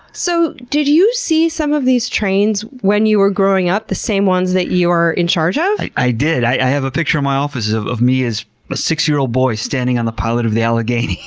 so did you see some of these trains when you were growing up? the same ones that you are in charge of? i did. i have a picture in my office of of me as a six-year-old boy standing on the pilot of the allegheny.